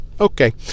Okay